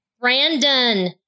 Brandon